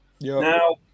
Now